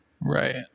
Right